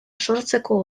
sortzeko